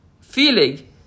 Feeling